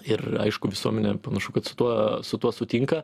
ir aišku visuomenė panašu kad su tuo su tuo sutinka